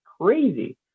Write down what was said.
crazy